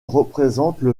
représentent